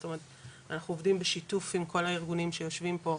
זאת אומרת אנחנו עובדים בשיתוף עם כל הארגונים שיושבים פה,